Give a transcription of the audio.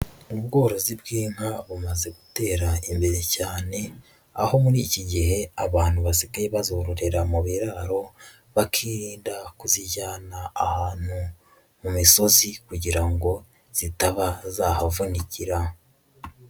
Ubworozi bw'inka bumaze gutera imbere cyane, aho muri iki gihe abantu basigaye bazororera mu biraro bakirinda kuzijyana ahantu mu misozi kugira ngo zitaba zahavunikira.